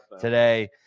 today